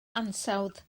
ansawdd